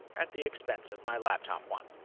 at the expense of my laptop one.